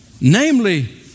Namely